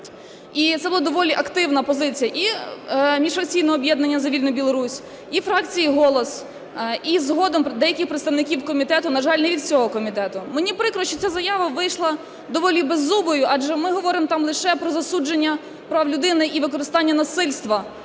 І це була доволі активна позиція і міжфракційного об'єднання "За вільну Білорусь", і фракції "Голос" і згодом деякі представники комітету, на жаль, не від всього комітету. Мені прикро, що ця заява вийшла доволі беззубою, адже ми говоримо там лише про засудження прав людини і використання насильства